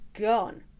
gone